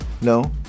No